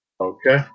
Okay